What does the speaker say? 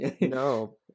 no